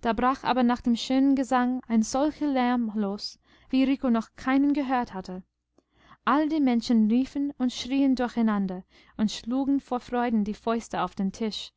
da brach aber nach dem schönen gesang ein solcher lärm los wie rico noch keinen gehört hatte alle die menschen riefen und schrieen durcheinander und schlugen vor freuden die fäuste auf den tisch